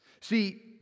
See